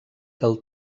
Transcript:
del